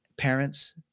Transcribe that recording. parents